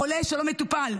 חולה שלא מטופל.